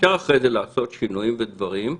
אפשר אחרי זה לעשות שינויים ודברים,